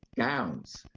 gowns,